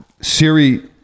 Siri